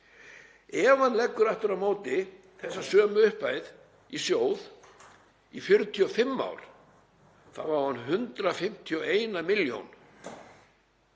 Ef hann leggur aftur á móti þessa sömu upphæð í sjóð í 45 ár þá á hann 151 milljón